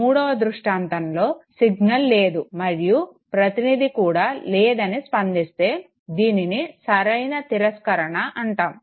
మూడవ దృష్టాంతంలో సిగ్నల్ లేదు మరియు ప్రతినిధి కూడా లేదని స్పందిస్తే దీనిని సరైన తిరస్కరణ అంటాము